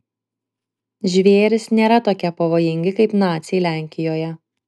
žvėrys nėra tokie pavojingi kaip naciai lenkijoje